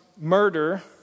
murder